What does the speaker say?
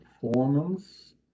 performance